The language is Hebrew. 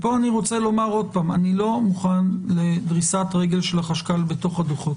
אני לא מוכן לדריסת רגל של החשכ"ל בתוך הדוחות.